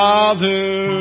Father